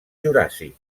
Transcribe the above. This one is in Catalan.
juràssic